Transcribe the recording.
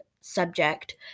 subject